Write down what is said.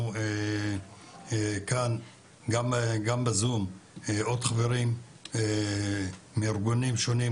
כאן גם בזום עוד חברים מארגונים שונים.